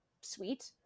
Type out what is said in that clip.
sweet